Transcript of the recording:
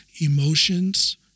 emotions